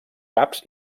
caps